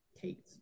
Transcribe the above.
Kate